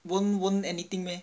won't won't anything meh